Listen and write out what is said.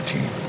Team